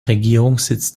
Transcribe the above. regierungssitz